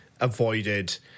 avoided